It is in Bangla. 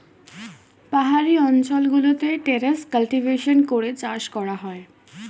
পাহাড়ি অঞ্চল গুলোতে টেরেস কাল্টিভেশন করে চাষ করা হয়